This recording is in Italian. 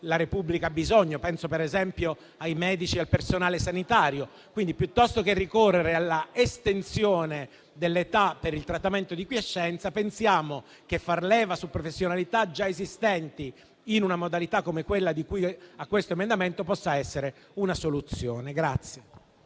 la Repubblica ha bisogno. Penso, per esempio, ai medici e al personale sanitario. Quindi, piuttosto che ricorrere all'estensione dell'età per il trattamento di quiescenza, pensiamo che far leva su professionalità già esistenti in una modalità come quella di cui si parla in questo emendamento possa essere una soluzione.